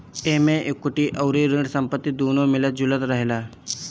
एमे इक्विटी अउरी ऋण संपत्ति दूनो मिलल जुलल रहेला